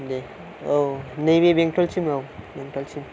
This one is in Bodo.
दे औ नैबे बेंथलसिम औ बेंथलसिम